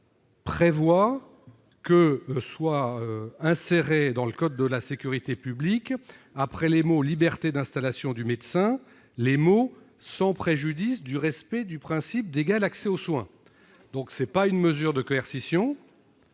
le dîner -tendent à insérer dans le code de la sécurité publique, après les mots « liberté d'installation du médecin », les mots « sans préjudice du respect du principe d'égal accès aux soins ». Il ne s'agit pas d'une mesure de coercition.